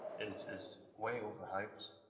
is is way over-hyped